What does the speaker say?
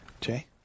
Jay